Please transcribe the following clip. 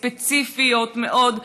ספציפיות מאוד,